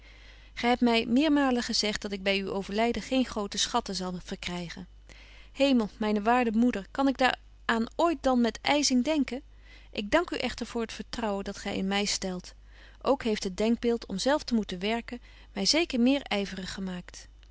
gy hebt my meermaalen gezegt dat ik by uw overlyden geen grote schatten zal verkrygen hemel myne waarde moeder kan ik daar aan ooit dan met yzing denken ik dank u echter voor het vertrouwen dat gy in my stelt ook heeft het denkbeeld om zelf te moeten werken my zeker meer yverig gemaakt